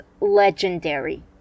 legendary